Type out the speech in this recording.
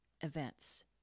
events